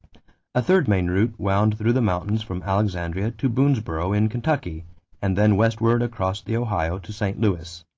a third main route wound through the mountains from alexandria to boonesboro in kentucky and then westward across the ohio to st. louis.